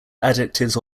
adjectives